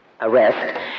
arrest